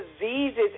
diseases